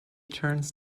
turns